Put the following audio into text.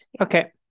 Okay